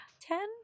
Ten